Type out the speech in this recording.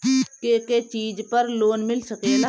के के चीज पर लोन मिल सकेला?